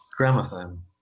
gramophone